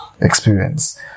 experience